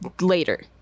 later